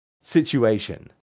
situation